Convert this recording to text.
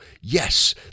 yes